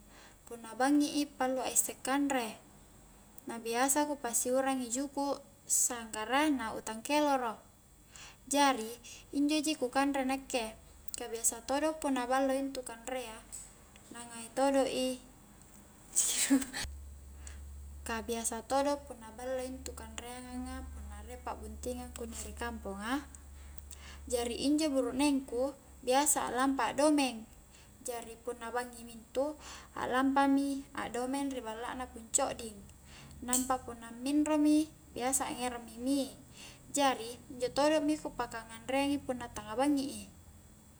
Punna bangngi pallu a isse kanre na biasa ku pasiuarang juku' sanggara na utang keloro, jari injo ji ku kanre nakke ka biasa todo punna ballo intu kanrea na ngai todo' i ka biasa todo punna ballo intu kanreangang a punna riek pa'buntingang kunni ri kamponga jari injo burukneng ku biasa a'lampa a'domeng jari punna bangngi mi intu aklampai a'domeng ri balla na pung codding na nampa punna minro mi biasa angerang mi mie jari injo todo mi ku paka nganreang i punna tangnga bangngi i